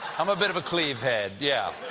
i'm a bit of a cleve-head. yeah.